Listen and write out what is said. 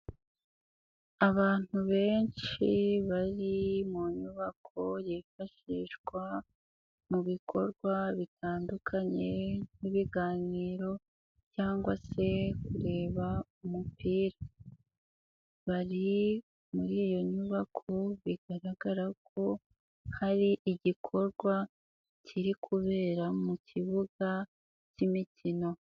Abantu benshi bari mu nyubako yifashishwa mu bikorwa bitandukanye nk'ibiganiro cyangwa se kureba umupira, bari muri iyo nyubako bigaragara ko hari igikorwa kiri kubera mu kibuga k'imikino.